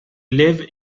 live